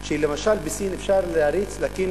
בכך שלמשל בסין אפשר להריץ, להקים